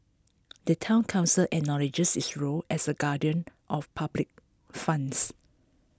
the Town Council acknowledges its role as A guardian of public funds